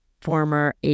former